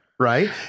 Right